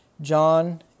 John